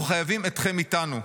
אנחנו חייבים אתכם איתנו.